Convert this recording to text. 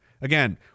Again